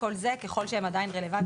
כל זה ככל שמסמכים אלה הם עדיין רלוונטיים,